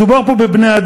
מדובר פה בבני-אדם,